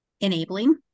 enabling